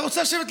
אתה רוצה לשבת,